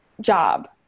job